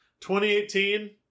2018